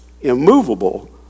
immovable